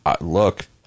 Look